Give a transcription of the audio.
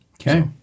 okay